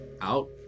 out